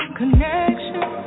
connection